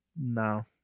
No